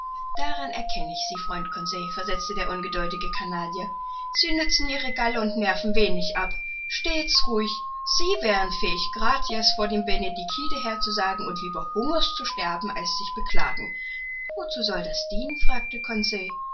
daran erkenne ich sie freund conseil versetzte der ungeduldige canadier sie nützen ihre galle und nerven wenig ab stets ruhig sie wären fähig gratias vor dem benedicite herzusagen und lieber hungers zu sterben als sich beklagen wozu soll das dienen fragte